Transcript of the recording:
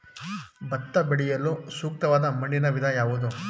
ಭತ್ತ ಬೆಳೆಯಲು ಸೂಕ್ತವಾದ ಮಣ್ಣಿನ ವಿಧ ಯಾವುದು?